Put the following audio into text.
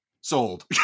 sold